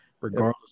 regardless